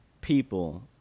people